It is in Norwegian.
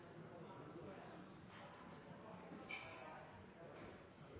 nesten